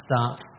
starts